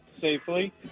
safely